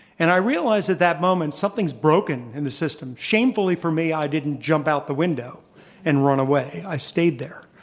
and i realized at that moment, something's broken in the system. shamefully, for me, i didn't jump out the window and run away. i stayed there,